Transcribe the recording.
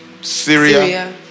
Syria